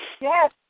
Yes